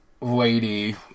lady